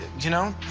you know,